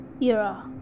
Era